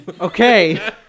Okay